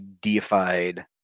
deified